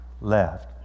left